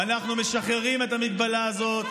ואנחנו משחררים את ההגבלה הזאת,